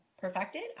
perfected